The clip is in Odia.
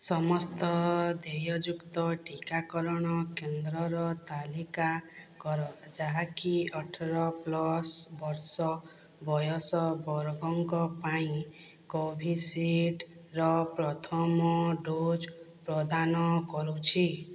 ସମସ୍ତ ଦେୟଯୁକ୍ତ ଟିକାକରଣ କେନ୍ଦ୍ରର ତାଲିକା କର ଯାହାକି ଅଠର ପ୍ଲସ୍ ବର୍ଷ ବୟସ ବର୍ଗଙ୍କ ପାଇଁ କୋଭିଶିଲ୍ଡ୍ର ପ୍ରଥମ ଡୋଜ୍ ପ୍ରଦାନ କରୁଛି